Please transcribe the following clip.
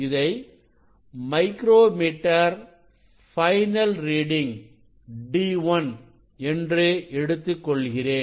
இதை micrometer final reading d1 என்று எடுத்துக்கொள்கிறேன்